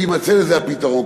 ויימצא לזה הפתרון.